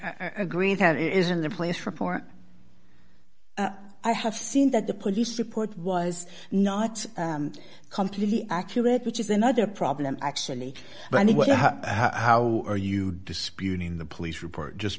you agree there is in the place report i have seen that the police report was not completely accurate which is another problem actually but anyway how are you disputing the police report just